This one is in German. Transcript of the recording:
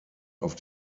auf